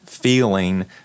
Feeling